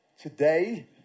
today